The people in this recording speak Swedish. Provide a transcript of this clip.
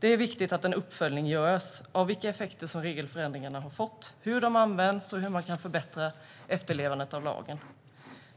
Det är viktigt att en uppföljning görs av vilka effekter regelförändringarna har fått, hur de används och hur man kan förbättra efterlevandet av lagen.